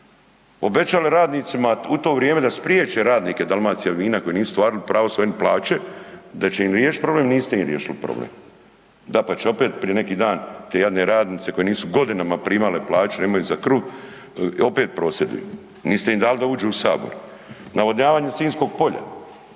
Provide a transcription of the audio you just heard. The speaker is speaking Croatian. Obećali radnicima u to vrijeme da spriječe radnike Dalmacijavina koji nisu ostvarili svoje pravo, plaće da ćete im riješiti problem, niste ih riješili problem. Dapače, opet prije neki dan te jadne radnice koje nisu godinama primale plaću da imaju za kruh, opet prosvjeduju. Niste im dali da uđu u Sabor. Navodnjavanje Sinjskog polja.